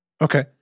Okay